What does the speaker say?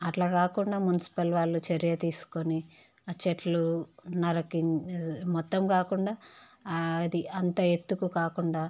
అట్ల కాకుండా మున్సిపల్ వాళ్ళు చర్య తీసుకుని ఆ చెట్లు నరికి మొత్తం కాకుండా ఆ అంత ఎత్తుకు కాకుండా